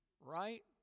right